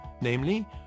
namely